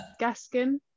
Gaskin